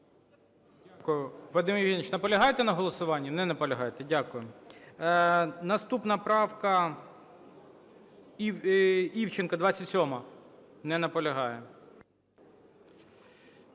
Дякую. Вадим Євгенійович, наполягаєте на голосуванні? Не наполягаєте. Дякую. Наступна правка Івченка – 27-а. Не наполягає.